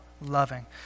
loving